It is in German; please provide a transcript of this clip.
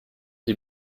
sie